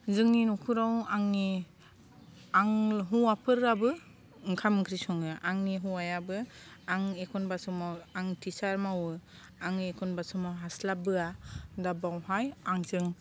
जोंनि न'खराव आंनि आं हौवाफोराबो ओंखाम ओंख्रि सङो आंनि हौवायाबो आं एखनब्ला समाव आं टिचार मावो आं एखनब्ला समाव हास्लाबबोआ दां बावहाय आंजों